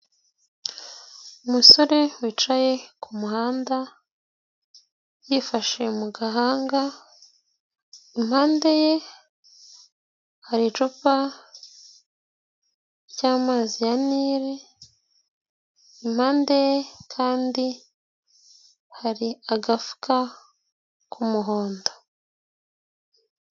Umusore wicaye ku muhanda yifashe mu gahanga impande ye hari icupa ry'amazi ya Nile, impande ye kandi hari agafuka k'umuhondo.